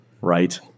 Right